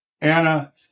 Anna